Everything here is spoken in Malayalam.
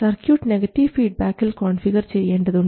സർക്യൂട്ട് നെഗറ്റീവ് ഫീഡ്ബാക്കിൽ കോൺഫിഗർ ചെയ്യേണ്ടതുണ്ട്